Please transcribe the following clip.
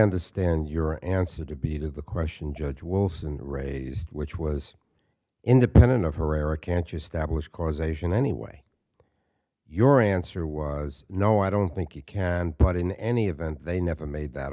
understand your answer to be to the question judge wilson raised which was independent of herrera can't use that bullish causation anyway your answer was no i don't think you can but in any event they never made that